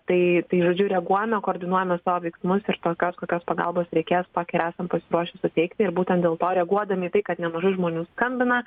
tai tai žodžiu reaguojame koordinuojame savo veiksmus ir tokios kokios pagalbos reikės tokią ir esam pasiruošę suteikti ir būtent dėl to reaguodami į tai kad nemažai žmonių skambina